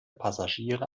passagiere